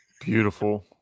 Beautiful